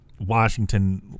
Washington